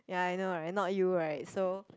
ya I know right not you right so